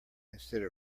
instead